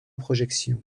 projections